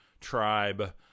tribe